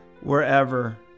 wherever